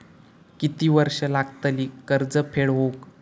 किती वर्षे लागतली कर्ज फेड होऊक?